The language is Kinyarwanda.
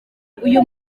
uyu